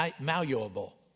Malleable